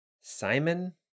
Simon